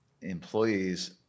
Employees